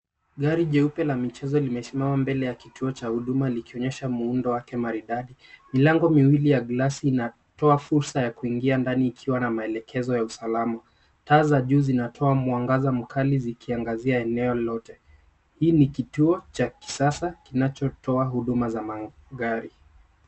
Gari jeupe la michezo limesimama mbele ya kituo cha huduma likionyesha muundo wake maridadi. Milango miwili ya glasi inatoa fursa ya kuingia ndani ikiwa na maelekezo ya usalama. Taa za juu zinatoa mwangaza mkali zikiangazia eneo lote. Hii ni kituo cha kisasa kinachotoa huduma za magari.